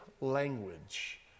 language